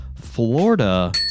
Florida